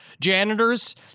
janitors